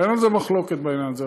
אין מחלוקת בעניין הזה,